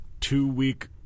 two-week